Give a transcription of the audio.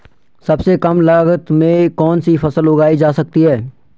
सबसे कम लागत में कौन सी फसल उगाई जा सकती है